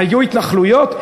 היו התנחלויות?